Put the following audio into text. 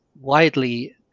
widely